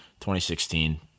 2016 –